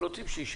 רוצים שיישאר.